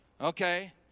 Okay